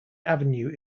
avenue